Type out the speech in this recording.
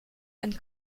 and